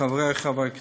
חברי חברי הכנסת,